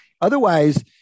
otherwise